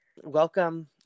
Welcome